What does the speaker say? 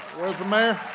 where's the mayor?